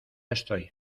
estoy